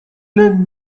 lend